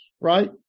right